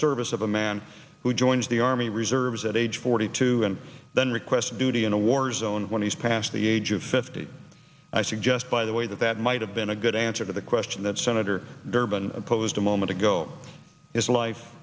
service of a man who joins the army reserves at age forty two and then request duty in a war zone when he's past the age of fifty i suggest by the way that that might have been a good answer to the question that senator durbin posed a moment ago is